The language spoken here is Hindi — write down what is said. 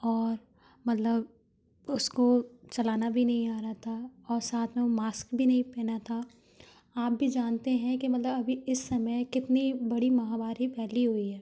और मतलब उसको चलाना भी नहीं आ रहा था और साथ में वो मास्क भी नहीं पहना था आप भी जानते हैं कि मतलब अभी इस समय कितनी बड़ी महामारी फैली हुई है